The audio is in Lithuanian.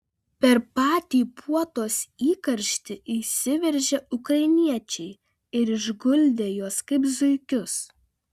per patį puotos įkarštį įsiveržė ukrainiečiai ir išguldė juos kaip zuikius